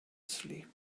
asleep